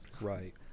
right